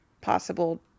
possible